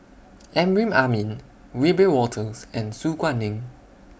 Amrin Amin Wiebe Wolters and Su Guaning